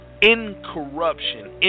incorruption